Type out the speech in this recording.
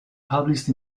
published